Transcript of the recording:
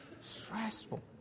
stressful